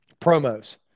promos